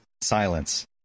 Silence